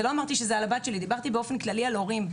וזאת בשעה שדיברתי באופן כללי על הורים,